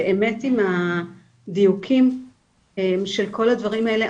באמת עם הדיוקים של הדברים האלה.